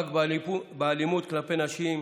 המאבק באלימות כלפי נשים,